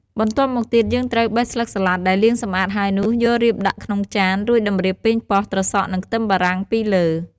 បន្ទាប់មកទៀត យើងត្រូវបេះស្លឹកសាឡាត់ដែលលាងសម្អាតហើយនោះយករៀបដាក់ក្នុងចាន រួចតម្រៀបប៉េងប៉ោះ ត្រសក់ និងខ្ទឹមបារាំងពីលើ។